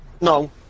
No